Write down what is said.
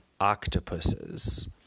octopuses